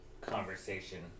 conversation